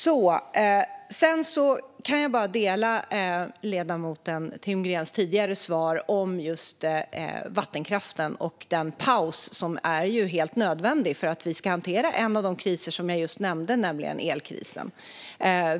Sedan kan jag bara instämma i ledamoten Timgrens tidigare svar om vattenkraften och den paus som är helt nödvändig för att vi ska hantera en av de kriser jag just nämnde, nämligen elkrisen.